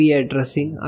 addressing